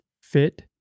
fit